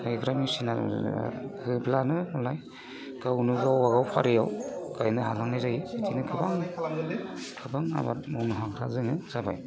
गायग्रा मेसिना मालाय गावनो गावबागाव फारियाव गायनो हालांनाय जायो बिदिनो गोबां गोबां आबाद मावनो हाग्रा जोङो जाबाय